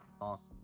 awesome